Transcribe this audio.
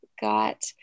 got